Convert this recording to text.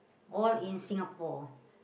all in Singapore